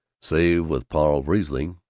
save with paul riesling,